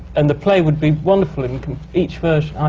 and the play would be wonderful in each version,